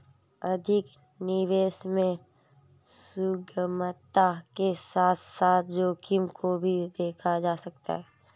अधिक निवेश में सुगमता के साथ साथ जोखिम को भी देखा जा सकता है